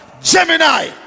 Gemini